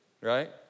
right